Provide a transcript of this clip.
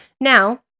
Now